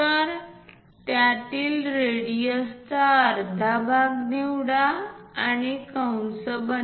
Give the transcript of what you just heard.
तर त्यातील रेडिअसचा अर्धा भाग निवडा आणि कंस बनवा